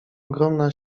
ogromna